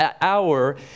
hour